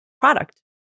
product